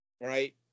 right